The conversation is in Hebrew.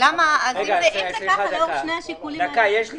יש לי